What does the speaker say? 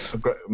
great